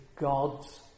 God's